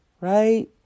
right